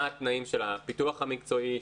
מה התנאים של הפיתוח המקצועי,